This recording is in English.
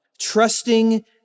trusting